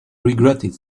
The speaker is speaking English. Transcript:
regretted